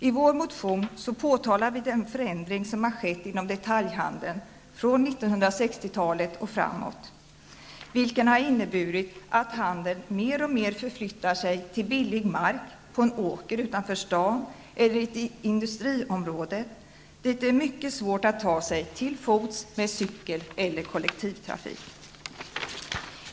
I vår motion påtalar vi den förändring som har skett inom detaljhandeln, från 1960-talet och framåt, vilken har inneburit att handeln mer och mer förflyttar sig till billig mark, på en åker utanför staden eller i ett industriområde, dit det är mycket svårt att ta sig till fots, med cykel eller kollektivtrafik.